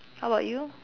how about you